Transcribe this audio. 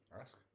Ask